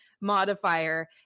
modifier